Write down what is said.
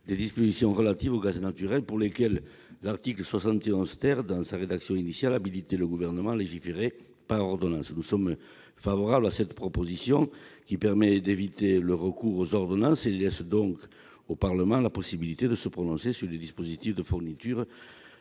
des dispositions relatives au gaz naturel pour lesquelles l'article 71 dans sa rédaction initiale, habilitait le Gouvernement à légiférer par ordonnance. Nous sommes favorables à cette proposition, qui permet d'éviter le recours aux ordonnances et laisse donc au Parlement la possibilité de se prononcer sur les dispositifs de fourniture